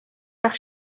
par